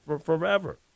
Forever